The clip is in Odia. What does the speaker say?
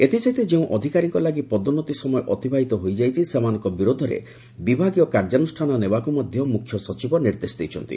ଏଥିସହିତ ଯେଉଁ ଅଧିକାରୀଙ୍କ ଲାଗି ପଦୋନ୍ମତି ସମୟ ଅତିବାହିତ ହୋଇଯାଇଛି ସେମାନଙ୍କ ବିରୋଧରେ ବିଭାଗୀୟ କାର୍ଯ୍ୟାନୁଷ୍ଠାନ ନେବାକୁ ମଧ୍ଧ ମୁଖ୍ୟ ସଚିବ ନିର୍ଦ୍ଦେଶ ଦେଇଛନ୍ତି